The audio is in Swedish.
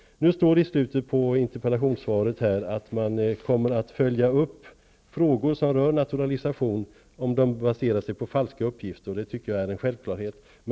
Det står i slutet av interpellationssvaret att man inom regeringskansliet kommer att följa upp naturalisationsbeslut om de baserar sig på falska uppgifter. Det tycker jag är en självklarhet.